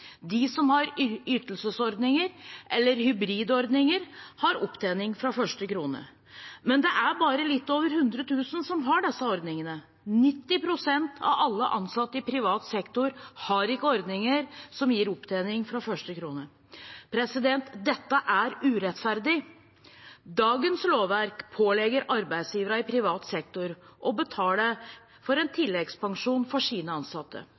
De som har ytelsesordninger eller hybridordninger, har opptjening fra første krone. Men det er bare litt over 100 000 som har disse ordningene. 90 pst. av alle ansatte i privat sektor har ikke ordninger som gir opptjening fra første krone. Dette er urettferdig. Dagens lovverk pålegger arbeidsgivere i privat sektor å betale for en tilleggspensjon for sine ansatte.